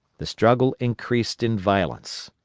the struggle increased in violence.